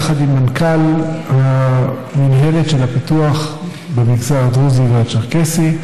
יחד עם מנכ"ל המינהלת של הפיתוח במגזר הדרוזי והצ'רקסי,